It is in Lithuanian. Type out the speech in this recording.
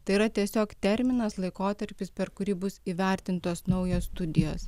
tai yra tiesiog terminas laikotarpis per kurį bus įvertintos naujos studijos